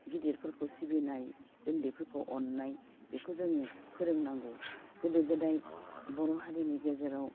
गिदिरफोरखौ सिबिनाय उन्दैफोरखौ अननाय बेखौ जोङो फोरोंनांगौ गोदो गोदाय बर' हारिनि गेजेराव